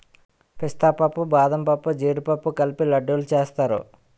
పిస్తా పప్పు బాదంపప్పు జీడిపప్పు కలిపి లడ్డూలు సేస్తారు